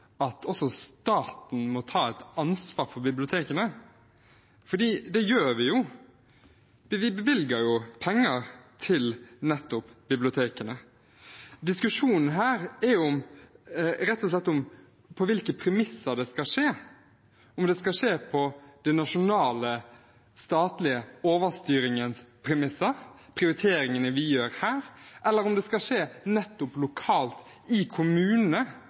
at også staten må ta et ansvar for bibliotekene, for det gjør vi jo. Vi bevilger jo penger til nettopp bibliotekene. Diskusjonen her handler rett og slett om på hvilke premisser det skal skje, om det skal skje på den nasjonale, statlige overstyringens premisser, altså prioriteringene vi gjør her, eller om det skal skje lokalt, i kommunene,